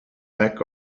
back